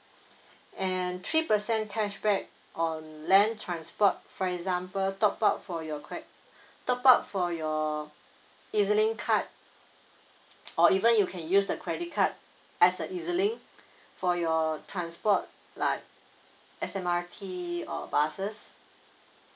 and three percent cashback on land transport for example top up for your cre~ top up for your ezlink card or even you can use the credit card as a ezlink for your transport like S_M_R_T or buses